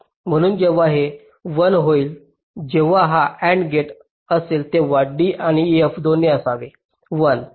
म्हणून जेव्हा ते 1 होईल जेव्हा हा AND गेट असेल तेव्हा d आणि f दोन्ही असावे 1